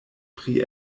pri